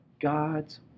God's